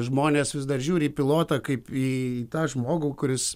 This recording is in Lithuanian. žmonės vis dar žiūri į pilotą kaip į tą žmogų kuris